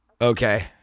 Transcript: Okay